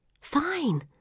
Fine